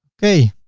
okay.